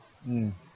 mm